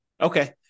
Okay